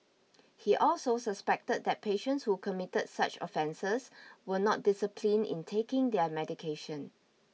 he also suspected that patients who committed such offences were not disciplined in taking their medication